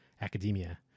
academia